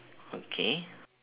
okay